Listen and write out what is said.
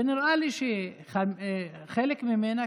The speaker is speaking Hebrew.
ונראה לי שחלק ממנה,